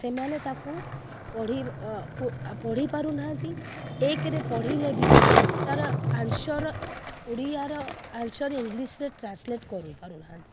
ସେମାନେ ତାକୁ ପଢ଼ି କୋ ପଢ଼ି ପାରୁନାହାନ୍ତି ଏକରେ ପଢ଼ିଲେ ବି ତାର ଆନ୍ସର୍ର ଓଡ଼ିଆର ଆନ୍ସର୍ ଇଂଲିଶରେ ଟ୍ରାନ୍ସଲେଟ୍ କରିପାରିନାହାନ୍ତି